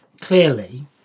clearly